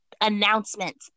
announcement